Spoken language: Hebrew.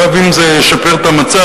אגב, אם זה ישפר את המצב,